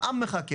העם מחכה,